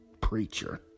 preacher